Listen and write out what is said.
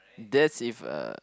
that's if uh